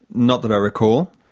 not that i recall.